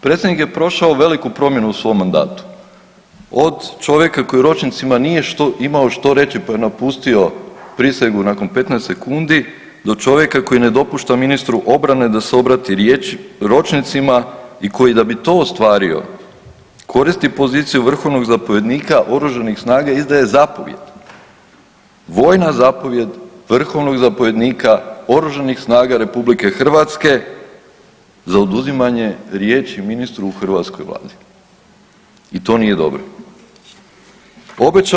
Predsjednik je prošao veliku promjenu u svom mandatu, od čovjeka koji ročnicima nije imao što reći pa je napustio prisegu nakon 15 sekundi do čovjeka koji ne dopušta ministru obrane da se obrati ročnicima i koji da bi to ostvario koristi poziciju vrhovnog zapovjednika oružanih snaga i izdaje zapovijed, vojna zapovijed vrhovnog zapovjednika oružanih snaga RH za oduzimanje riječi ministru u hrvatskoj vladi i to nije dobro.